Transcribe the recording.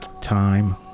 Time